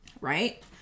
right